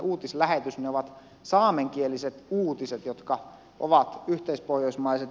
ne ovat saamenkieliset uutiset jotka ovat yhteispohjoismaiset